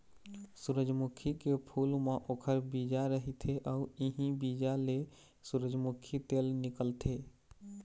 सूरजमुखी के फूल म ओखर बीजा रहिथे अउ इहीं बीजा ले सूरजमूखी तेल निकलथे